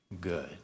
good